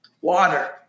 Water